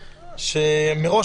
מראש,